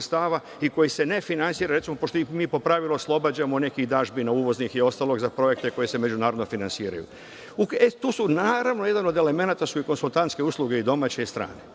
sredstava i koji se ne finansira, recimo, pošto ih mi po pravilu oslobađamo nekih dažbina, uvoznih i ostalog, za projekte koji se međunarodno finansiraju. Naravno, jedan od elemenata su i konsultantske usluge domaće i